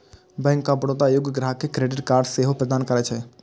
bank of Baroda योग्य ग्राहक कें क्रेडिट कार्ड सेहो प्रदान करै छै